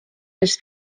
les